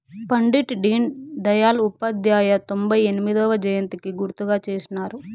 పండిట్ డీన్ దయల్ ఉపాధ్యాయ తొంభై ఎనిమొదవ జయంతికి గుర్తుగా చేసినారు